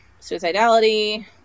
suicidality